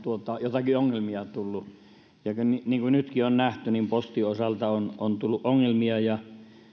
joitakin ongelmia tullut niin kuin nytkin on nähty niin postin osalta on on tullut ongelmia ja